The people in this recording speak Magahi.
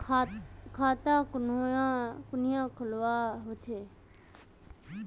खाता कुनियाँ खोलवा होते?